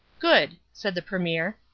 good, said the premier.